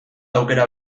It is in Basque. aukera